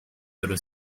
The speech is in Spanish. pero